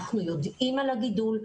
אנחנו יודעים על הגידול,